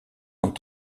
dans